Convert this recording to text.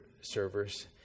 servers